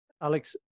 Alex